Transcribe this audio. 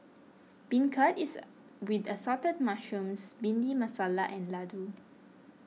beancurd is with Assorted Mushrooms Bhindi Masala and Laddu